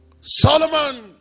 Solomon